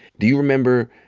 do you remember